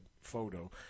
photo